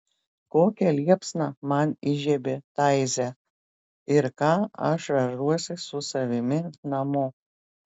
kokią liepsną man įžiebė taize ir ką aš vežuosi su savimi namo